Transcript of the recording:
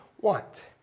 want